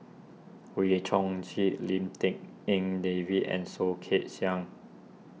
Wee Chong Jin Lim Tik En David and Soh Kay Siang